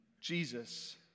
Jesus